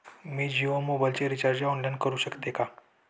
मी जियो मोबाइलचे recharge online करू शकते का?